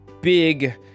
big